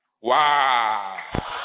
Wow